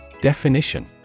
Definition